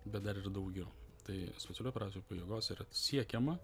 bet dar ir daugiau tai specialiųjų operacijų pajėgose yra siekiama